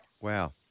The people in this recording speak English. Wow